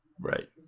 right